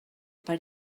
per